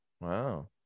Wow